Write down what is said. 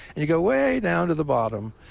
and you go way down to the bottom,